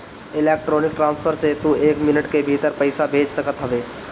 electronic transfer से तू एक मिनट के भीतर पईसा भेज सकत हवअ